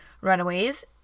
runaways